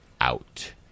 out